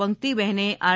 પંક્તિ બહેને આર